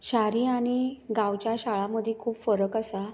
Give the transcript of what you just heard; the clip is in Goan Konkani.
शाहरी आनी गांवच्या शाळा मदीं खूब फरक आसा